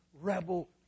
rebel